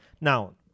now